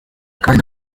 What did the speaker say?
kandi